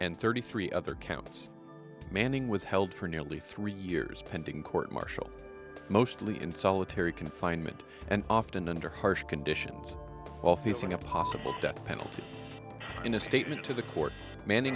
and thirty three other counts manning was held for nearly three years pending court martial mostly in solitary confinement and often under harsh conditions all facing a possible death penalty in a statement to the court mann